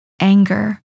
Anger